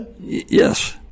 Yes